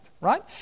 right